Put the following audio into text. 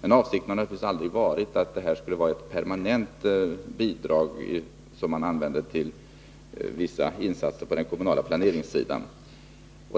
Men avsikten har naturligtvis aldrig varit att det skulle vara ett permanent bidrag som används till vissa insatser inom den kommunala planeringen.